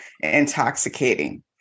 intoxicating